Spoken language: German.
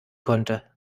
konnte